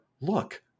look